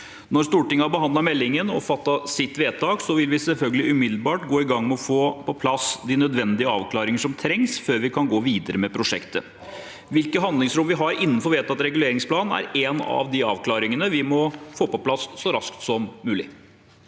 Når Stortinget har behandlet meldingen og fattet sitt vedtak, vil vi selvfølgelig umiddelbart gå i gang med å få på plass de nødvendige avklaringene som trengs før vi kan gå videre med prosjektet. Hvilke handlingsrom vi har innenfor vedtatt reguleringsplan, er en av de avklaringene vi må få på plass så raskt som mulig.